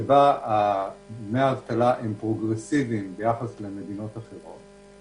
שבה דמי האבטלה פרוגרסיביים ביחס למדינות אחרות.